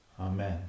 Amen